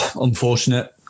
unfortunate